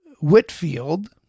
Whitfield